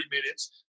minutes